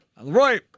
Leroy